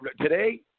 today